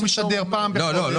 הוא משדר פעם בחודש מה העלות.